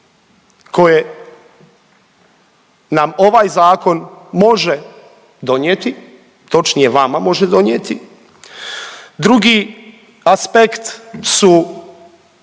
koje nam ovaj Zakon može donijeti, točnije, vama može donijeti. Drugi aspekt su